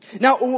Now